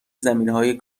زمینههای